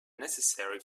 necessary